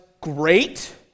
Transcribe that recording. great